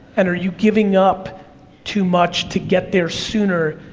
and are you giving up too much to get there sooner,